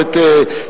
או את שפרעם,